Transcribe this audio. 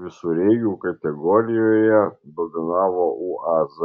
visureigių kategorijoje dominavo uaz